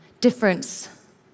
difference